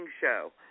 show